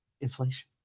inflation